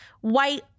white